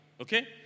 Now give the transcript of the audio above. okay